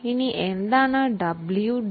ഇനി എന്താണ് WDV